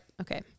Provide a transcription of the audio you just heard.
Okay